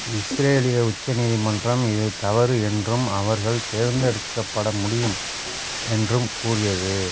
இஸ்ரேலிய உச்ச நீதிமன்றம் இது தவறு என்றும் அவர்கள் தேர்ந்தெடுக்கப்பட முடியும் என்றும் கூறியது